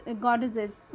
goddesses